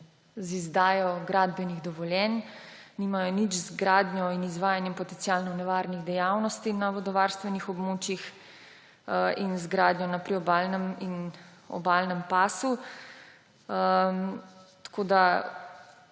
z izdajo gradbenih dovoljenj, nimajo nič z gradnjo in izvajanjem potencialno nevarnih dejavnosti na vodovarstvenih območjih in z gradnjo na priobalnem in obalnem pasu. Tako da